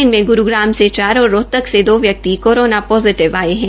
इनमें ग्रूग्राम से चार और रोहतक से दो व्यक्ति कोरोना पोजिटिव है